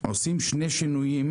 יש פה שני ארגונים